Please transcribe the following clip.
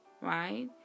right